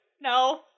No